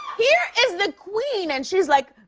here is the queen, and she's like,